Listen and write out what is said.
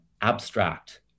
abstract